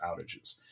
outages